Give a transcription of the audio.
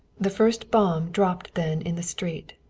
the first bomb dropped then in the street.